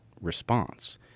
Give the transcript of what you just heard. response